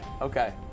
okay